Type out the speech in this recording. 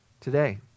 today